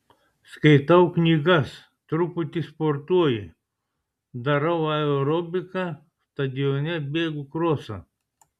skaitau knygas truputį sportuoju darau aerobiką stadione bėgu krosą